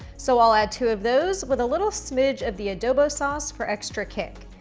so i'll add two of those with a little smidge of the adobo sauce for extra kick.